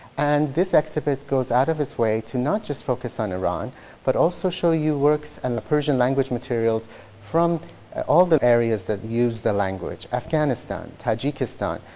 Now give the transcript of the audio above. and this exhibit goes out of its way to not just focus on iran but also show you works and the persian language materials from all the areas that use the language afghanistan, tajikistan,